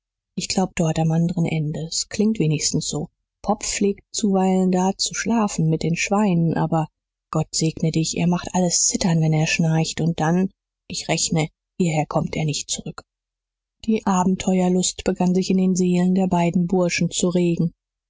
ich glaub dort am anderen ende s klingt wenigstens so pop pflegt zuweilen da zu schlafen mit den schweinen aber gott segne dich er macht alles zittern wenn er schnarcht und dann ich rechne hierher kommt er nicht zurück die abenteuerlust begann sich in den seelen der beiden burschen zu regen